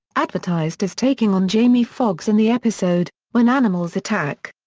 advertised as taking on jamie foxx in the episode when animals attack.